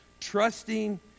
trusting